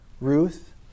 Ruth